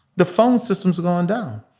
the phone system's gone down.